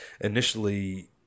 initially